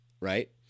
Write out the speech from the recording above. Right